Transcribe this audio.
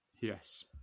Yes